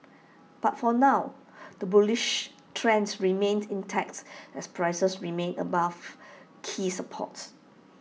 but for now the bullish trend remains intact as prices remain above key supports